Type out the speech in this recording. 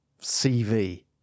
CV